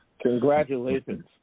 Congratulations